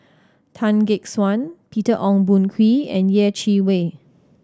Tan Gek Suan Peter Ong Boon Kwee and Yeh Chi Wei